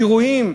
אירועים,